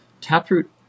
Taproot